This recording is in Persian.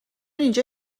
اینجا